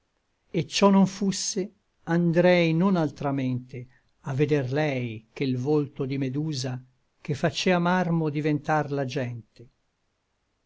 e cciò non fusse andrei non altramente a veder lei che l volto di medusa che facea marmo diventar la gente